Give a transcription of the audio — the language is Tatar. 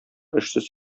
эшсез